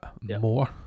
more